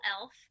elf